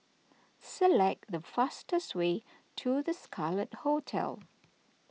select the fastest way to the Scarlet Hotel